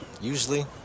usually